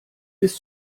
bis